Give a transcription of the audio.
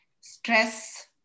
stress